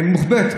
מוחבאת.